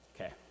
Okay